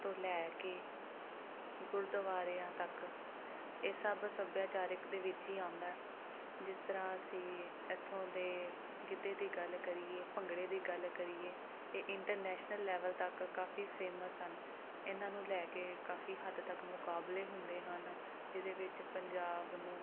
ਤੋਂ ਲੈ ਕੇ ਗੁਰਦੁਆਰਿਆਂ ਤੱਕ ਇਹ ਸਭ ਸੱਭਿਆਚਾਰਕ ਦੇ ਵਿੱਚ ਹੀ ਆਉਂਦਾ ਹੈ ਜਿਸ ਤਰ੍ਹਾਂ ਅਸੀਂ ਇੱਥੋਂ ਦੇ ਗਿੱਧੇ ਦੀ ਗੱਲ ਕਰੀਏ ਭੰਗੜੇ ਦੀ ਗੱਲ ਕਰੀਏ ਇਹ ਇੰਟਰਨੈਸ਼ਨਲ ਲੈਵਲ ਤੱਕ ਕਾਫ਼ੀ ਫੇਮਸ ਹਨ ਇਨ੍ਹਾਂ ਨੂੰ ਲੈ ਕੇ ਕਾਫ਼ੀ ਹੱਦ ਤੱਕ ਮੁਕਾਬਲੇ ਹੁੰਦੇ ਹਨ ਜਿਹਦੇ ਵਿੱਚ ਪੰਜਾਬ ਨੂੰ